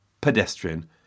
pedestrian